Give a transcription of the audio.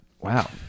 Wow